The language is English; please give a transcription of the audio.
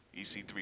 EC3